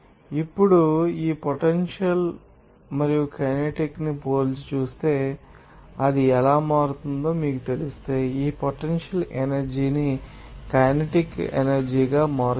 ఇప్పుడు ఈ పొటెన్షియల్ త మరియు కైనెటిక్ ని పోల్చి చూస్తే అది ఎలా మారుతుందో మీకు తెలిస్తే ఈ పొటెన్షియల్ ఎనర్జీ ని కైనెటిక్ ఎనర్జీ గా మారుస్తుంది